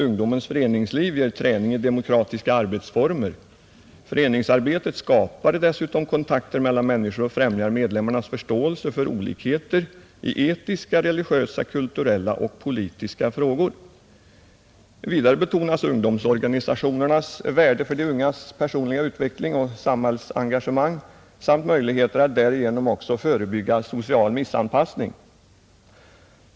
Ungdomens föreningsliv ger träning i demokratiska arbetsformer. Föreningsarbetet skapar dessutom kontakter mellan människor och främjar medlemmarnas förståelse för olikheter i etiska, religiösa, kulturella och politiska frågor.” Vidare betonas ”ungdomsorganisationernas värde för de ungas personliga utveckling och samhällsengagemang samt möjligheter att därigenom också förebygga social missanpassning”.